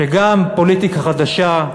שגם פוליטיקה חדשה,